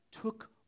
took